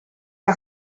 era